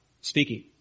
Speaking